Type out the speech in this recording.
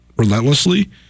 Relentlessly